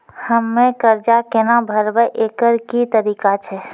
हम्मय कर्जा केना भरबै, एकरऽ की तरीका छै?